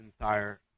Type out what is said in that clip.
entire